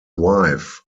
wife